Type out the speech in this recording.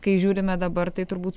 kai žiūrime dabar tai turbūt